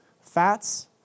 Fats